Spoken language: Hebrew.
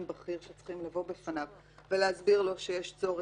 בכיר שצריכים לבוא בפניו ולהסביר לו שיש צורך.